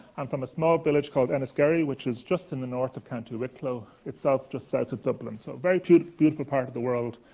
i'm from a small village called enniskerry, which is just in the north of county wicklow. it's south just south of dublin, so a very cute, beautiful part of the world.